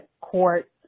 court